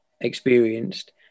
experienced